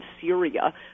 Syria